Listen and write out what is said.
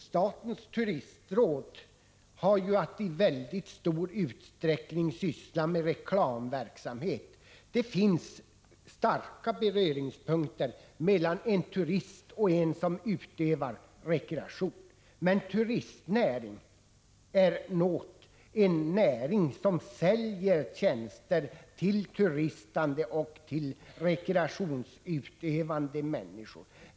Statens turistråd har ju att i mycket stor utsträckning syssla med reklamverksamhet. Det finns väsentliga beröringspunkter mellan en turist och en person som ägnar sig åt rekreation. Men turistnäringen är en näring som säljer tjänster till turistande och till rekreationsutövande människor.